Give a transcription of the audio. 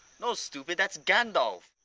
no, stupid, that's gandalf.